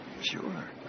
Sure